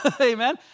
Amen